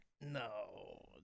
no